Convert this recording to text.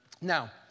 Now